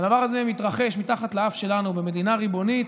והדבר הזה מתרחש מתחת לאף שלנו במדינה ריבונית,